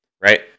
right